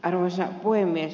arvoisa puhemies